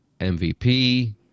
MVP